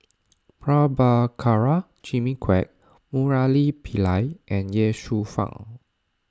Prabhakara Jimmy Quek Murali Pillai and Ye Shufang